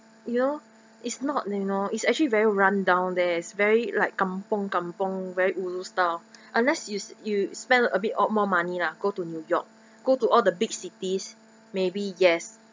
you know it's not you know it's actually very rundown there it's very like kampung kampung very ulu style unless you you spend a bit out more money lah go to new york go to all the big cities maybe yes